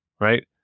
Right